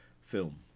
film